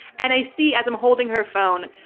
and i see as i'm holding her phone,